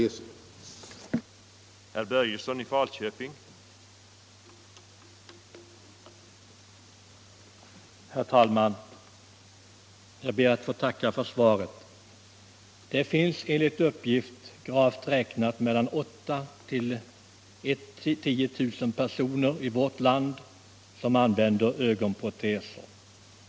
ersättning åt